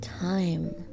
time